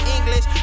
English